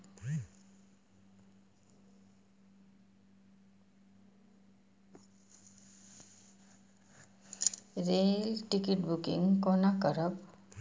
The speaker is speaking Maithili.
रेल टिकट बुकिंग कोना करब?